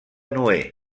noè